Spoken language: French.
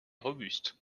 robuste